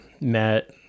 met